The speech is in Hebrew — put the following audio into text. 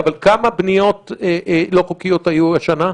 אבל כמה בניות של מבנים לא חוקיים היו השנה?